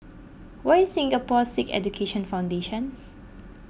where is Singapore Sikh Education Foundation